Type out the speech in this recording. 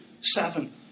seven